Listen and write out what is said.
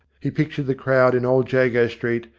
he pictured the crowd in old jago street,